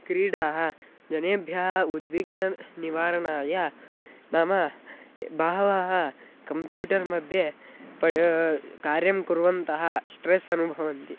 क्रीडाः जनेभ्यः उद्विग्नं निवारणाय नाम बहवः कम्प्यूटर्मध्ये पर् कार्यं कुर्वन्तः स्ट्रेस् अनुभवन्ति